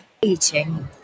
Eating